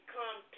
come